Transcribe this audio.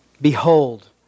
Behold